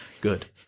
Good